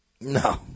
No